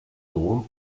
drôme